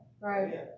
Right